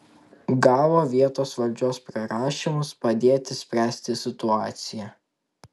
gavo vietos valdžios prašymus padėti spręsti situaciją